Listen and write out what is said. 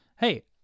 hey